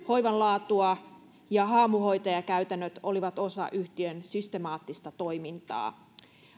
hoivan laatua ja haamuhoitajakäytännöt olivat osa yhtiön systemaattista toimintaa